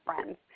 friends